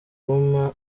kumpa